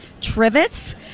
trivets